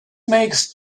makes